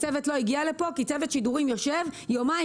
הצוות לא הגיע לפה כי צוות שידורים יושב יומיים